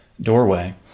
doorway